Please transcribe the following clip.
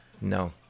No